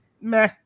meh